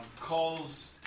calls